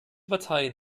parteien